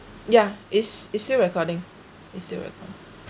yeah it's it's still recording it still recording